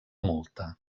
multa